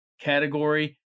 category